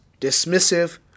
dismissive